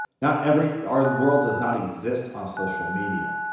not every our world does not exist on social media,